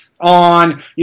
on